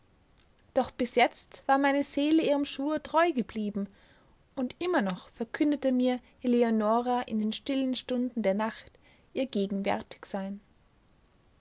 doch bis jetzt war meine seele ihrem schwur treu geblieben und immer noch verkündete mir eleonora in den stillen stunden der nacht ihr gegenwärtigsein